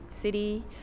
city